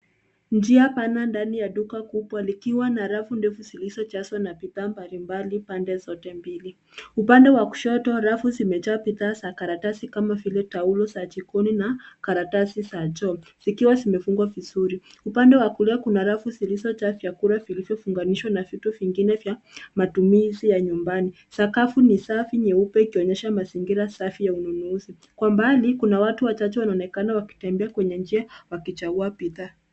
Njia pana ndani ya duka kubwa likiwa na rafu zilizojaa bidhaa mbalimbali pande zote mbili. Upande wa kushoto kuna rafu zilizojaa bidhaa za karatasi kama taulo za jikoni na karatasi za choo, zikiwa zimefungwa vizuri. Upande wa kulia kuna rafu zilizojaa vyakula pamoja na bidhaa nyingine za matumizi ya nyumbani. Sakafu ni safi na nyeupe, ikionyesha mazingira safi ya ununuzi. Kwa mbali kuna watu wanaoonekana wakitembea kwenye njia wakichagua bidhaa.